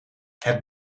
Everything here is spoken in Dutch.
het